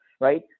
right